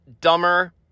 dumber